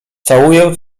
całuję